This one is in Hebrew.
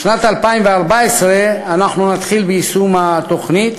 בשנת 2014 אנחנו נתחיל ביישום התוכנית,